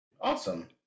Awesome